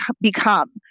become